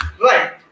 Right